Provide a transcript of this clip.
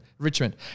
Richmond